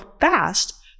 fast